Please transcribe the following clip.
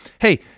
hey